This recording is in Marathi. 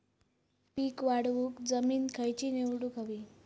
पीक वाढवूक जमीन खैची निवडुक हवी?